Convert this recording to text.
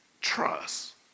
trust